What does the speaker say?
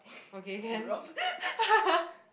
okay can